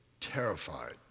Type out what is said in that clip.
terrified